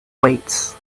weights